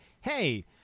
Hey